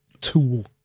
tool